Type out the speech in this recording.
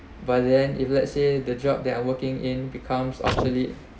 but then if let's say the job that I working in becomes obsolete